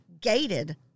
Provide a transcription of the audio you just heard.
gated